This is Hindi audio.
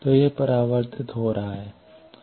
तो यह परावर्तित हो रहा है